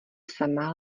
samá